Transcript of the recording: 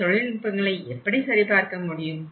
இந்த தொழில்நுட்பங்களை எப்படி சரிபார்க்க முடியும்